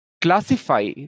classify